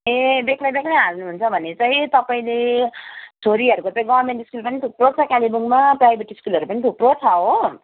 ए बेग्लाबेग्लै हाल्नुहुन्छ भने चाहिँ तपाईँले छोरीहरूको चाहिँ गभर्नमेन्ट स्कुलहरू पनि थुप्रो छ कालेबुङमा प्राइभेट स्कुलहरू पनि थुप्रो छ हो